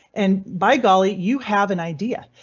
and by golly, you have an idea.